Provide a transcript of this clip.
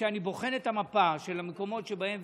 כשאני בוחן את המפה של המקומות שבהם,